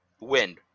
Wind